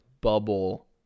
bubble